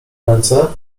ręce